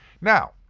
Now